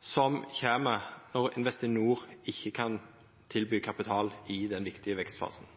som kjem når Investinor ikkje kan tilby kapital i den viktige vekstfasen?